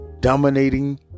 dominating